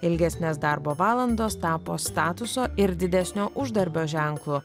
ilgesnės darbo valandos tapo statuso ir didesnio uždarbio ženklu